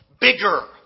bigger